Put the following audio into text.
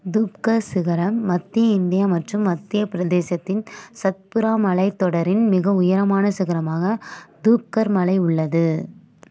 தூப்கர் சிகரம் மத்திய இந்தியா மற்றும் மத்தியப் பிரதேசத்தின் சத்புரா மலைத்தொடரின் மிக உயரமான சிகரமாக தூப்கர் மலை உள்ளது